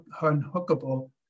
unhookable